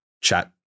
chat